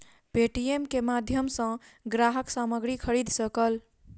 Paytm के माध्यम सॅ ग्राहक सामग्री खरीद सकल